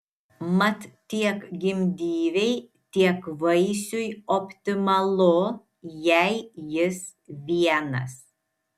mat tiek gimdyvei tiek vaisiui optimalu jei jis vienas